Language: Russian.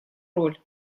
роль